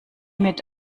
mit